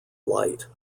light